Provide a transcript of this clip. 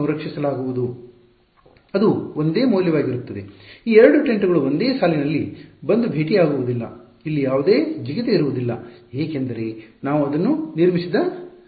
ಅದು ಒಂದೇ ಮೌಲ್ಯವಾಗಿರುತ್ತದೆ ಈ 2 ಟೆಂಟ್ ಗಳು ಒಂದೇ ಸಾಲಿನಲ್ಲಿ ಬಂದು ಭೇಟಿಯಾಗುವುದಿಲ್ಲ ಇಲ್ಲಿ ಯಾವುದೇ ಜಿಗಿತ ಇರುವುದಿಲ್ಲ ಏಕೆಂದರೆ ನಾವು ಅದನ್ನು ನಿರ್ಮಿಸಿದ ರೀತಿ